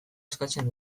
eskatzen